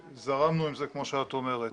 זרמנו עם זה, כמו שאת אומרת.